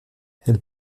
elle